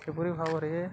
ଯେପରି ଭାବରେ